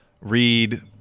read